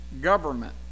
government